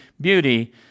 Beauty